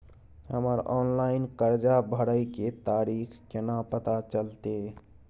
हमर ऑनलाइन कर्जा भरै के तारीख केना पता चलते?